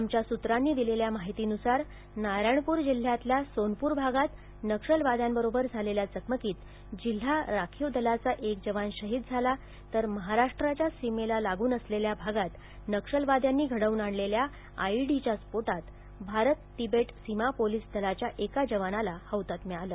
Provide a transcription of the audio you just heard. आमच्या सूत्रांनी दिलेल्या माहितीन्सार नारायणपूर जिल्ह्यातल्या सोनपूर भागात नक्षलवाद्यांबरोबर झालेल्या चकमकीत जिल्हा राखीव दलाचा एक जवान ह्तात्मा झाला तर महाराष्ट्राच्या सीमेला लागून असलेल्या भागात नक्षलवाद्यांनी घडवून आणलेल्या आयईडीच्या स्फोटात भारत तिबेट सीमा पोलीस दलाच्या एका जवानाला हौतात्म्य आलं